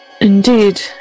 Indeed